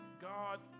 God